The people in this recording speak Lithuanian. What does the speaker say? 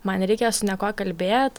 man nereikia su niekuo kalbėt